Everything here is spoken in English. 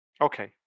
Okay